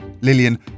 Lillian